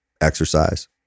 Exercise